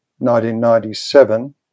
1997